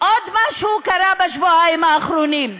עוד משהו קרה בשבועיים האחרונים,